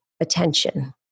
attention